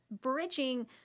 bridging